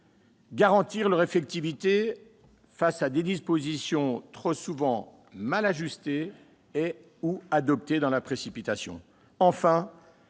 garantir leur effectivité, face à des dispositions trop souvent mal ajustées et/ou adoptées dans la précipitation